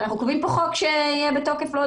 אנחנו קובעים כאן חוק שיהיה בתוקף עוד